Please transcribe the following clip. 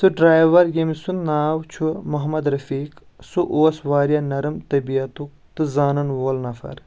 سُہ ڈرایور ییٚمۍ سُنٛد ناو چھُ محمد رفیق سُہ اوس واریاہ نرم طبیتُک تہٕ زانان وول نفر